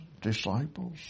disciples